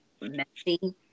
messy